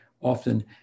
often